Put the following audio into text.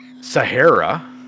Sahara